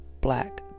black